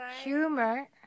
Humor